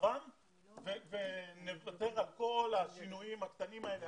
מצבם ונוותר על כל השינויים הקטנים האלה.